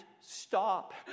stop